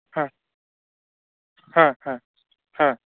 হ্যাঁ হ্যাঁ হ্যাঁ হ্যাঁ